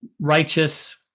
righteous